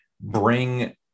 bring